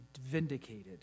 vindicated